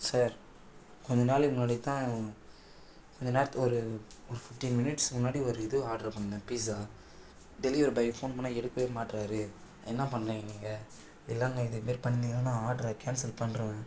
sir கொஞ்சம் நாளைக்கு முன்னாடி தான் கொஞ்ச நேரத்துக்கு ஒரு ஒரு பிஃப்டீன் மினிட்ஸ் முன்னாடி ஒரு இது ஆர்ட்ரு பண்ணேன் பீசா டெலிவரி பாய் ஃபோன் பண்ணால் எடுக்கவே மாட்றார் என்ன பண்ணுறிங்க நீங்கள் இல்லைங்க இதே மாதிரி பண்ணிங்கன்னா நான் ஆர்ட்ர கேன்சல் பண்ணிட்ருவேன்